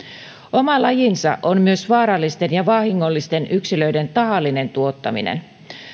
oma lajinsa on myös vaarallisten ja vahingollisten yksilöiden tahallinen tuottaminen